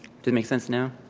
make sense now?